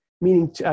meaning